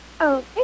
Okay